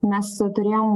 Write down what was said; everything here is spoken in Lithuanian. mes turėjom